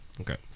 Okay